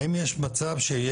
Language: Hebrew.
האם יש מצב שיהיה אפשר,